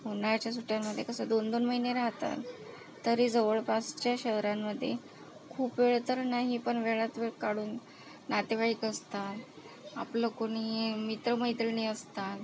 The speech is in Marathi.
उन्हाळ्याच्या सुट्ट्यांमध्ये कसं दोन दोन महिने राहतात तरी जवळपासच्या शहरांमध्ये खूप वेळ तर नाही पण वेळात वेळ काढून नातेवाईक असतात आपलं कुणी मित्रमैत्रिणी असतात